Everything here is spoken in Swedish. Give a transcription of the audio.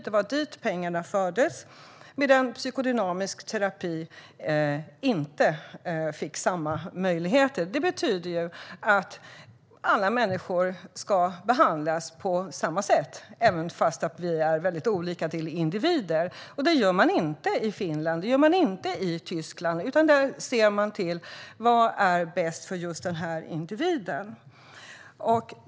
Det var dit pengarna fördes, medan psykodynamisk terapi inte fick samma förutsättningar. Det betyder att alla människor ska behandlas på samma sätt, trots att vi som individer är väldigt olika. Så gör man inte i Finland och Tyskland. Där ser man till vad som är bäst för individen.